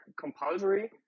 compulsory